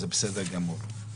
זה בסדר גמור,